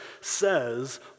says